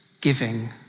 giving